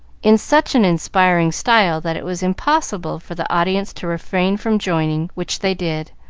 in such an inspiring style that it was impossible for the audience to refrain from joining, which they did,